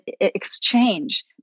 exchange